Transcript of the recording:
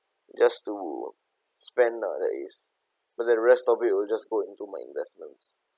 just to spend uh but the rest of it will just go into my investments